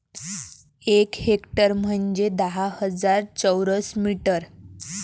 एक हेक्टर म्हंजे दहा हजार चौरस मीटर